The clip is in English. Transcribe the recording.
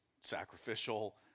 sacrificial